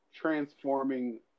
transforming